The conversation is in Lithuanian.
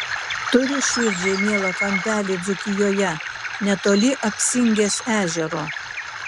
turiu širdžiai mielą kampelį dzūkijoje netoli apsingės ežero